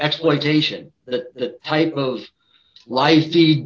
exploitation that type of life